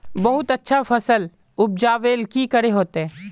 बहुत अच्छा फसल उपजावेले की करे होते?